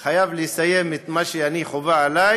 אני חייב לסיים את מה שחובה עלי